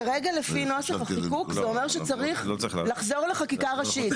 כרגע לפי נוסח החיקוק זה אומר שצריך לחזור לחקיקה ראשית.